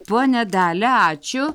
ponia dalia ačiū